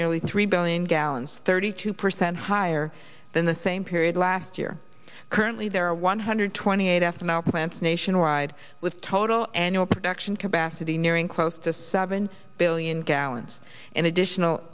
nearly three billion gallons thirty two percent higher than the same period last year currently there are one hundred twenty eight after now plants nationwide with total annual production capacity nearing close to seven billion gallons an additional